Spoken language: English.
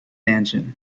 engine